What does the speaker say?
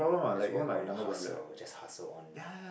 just work on the hustle just hustle on